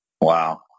Wow